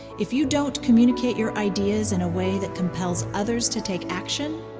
if you don't communicate your ideas in a way that compels others to take action.